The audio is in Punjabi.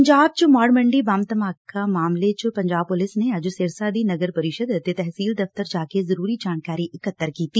ਪੰਜਾਬ ਚ ਮੌਤ ਮੰਡੀ ਬੰਬ ਧਮਾਕਾ ਮਾਮਲੇ ਚ ਪੰਜਾਬ ਪੁਲਿਸ ਨੇ ਅੱਜ ਸਿਰਸਾ ਦੀ ਨਗਰ ਪ੍ਰੀਸ਼ਦ ਅਤੇ ਤਹਿਸੀਲ ਦਫ਼ਤਰ ਜਾ ਕੇ ਜ਼ਰੁਰੀ ਜਾਣਕਾਰੀ ਇਕੱਤਰ ਕੀਤੀ